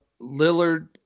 Lillard